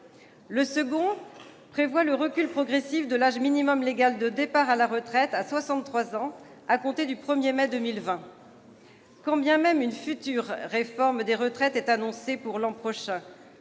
Le deuxième prévoit le recul progressif de l'âge minimum légal de départ à la retraite à 63 ans à compter du 1 mai 2020. Quand bien même une future réforme des retraites est annoncée pour l'an prochain,